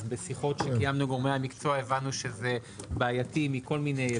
אז בשיחות שקיימנו עם גורמי המקצוע הבנו שזה בעייתי מכל מיני היבטים.